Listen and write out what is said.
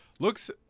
Looks